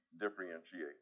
differentiate